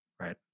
Right